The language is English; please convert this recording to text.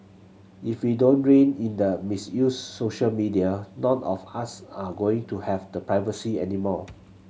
if we don't rein in the misuse social media none of us are going to have the privacy anymore